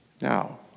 Now